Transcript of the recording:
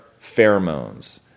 pheromones